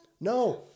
No